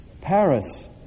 Paris